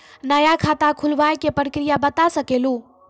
नया खाता खुलवाए के प्रक्रिया बता सके लू?